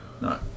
no